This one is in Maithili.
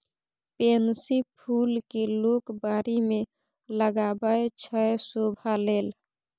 पेनसी फुल केँ लोक बारी मे लगाबै छै शोभा लेल